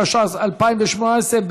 התשע"ח 2018,